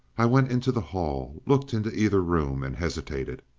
i went into the hall, looked into either room, and hesitated.